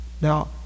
Now